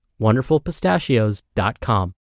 wonderfulpistachios.com